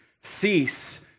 cease